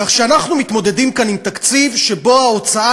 כך שאנחנו מתמודדים כאן עם תקציב שבו ההוצאה